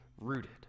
rooted